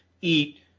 eat